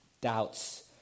doubts